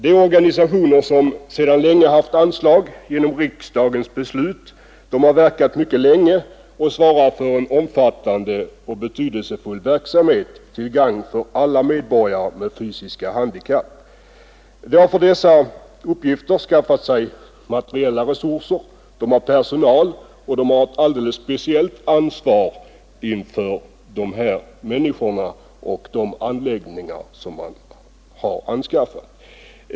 Dessa organisationer, som sedan länge haft anslag genom riksdagens beslut, har verkat mycket länge och svarar för en omfattande och betydelsefull verksamhet till gagn för alla medborgare med fysiska handikapp. De har för dessa uppgifter skaffat sig materiella resurser, de har personal och de har ett alldeles speciellt ansvar inför dessa människor och de anläggningar man anskaffat.